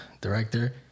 director